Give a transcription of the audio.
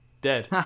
dead